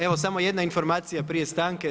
Evo samo jedna informacija prije stanke.